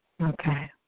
Okay